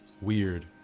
Weird